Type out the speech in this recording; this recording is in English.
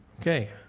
Okay